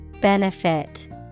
Benefit